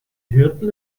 hirten